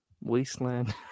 wasteland